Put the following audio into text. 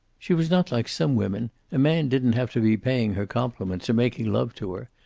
she was not like some women a man didn't have to be paying her compliments or making love to her.